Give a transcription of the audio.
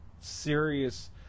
serious